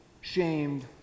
shamed